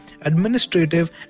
administrative